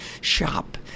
shop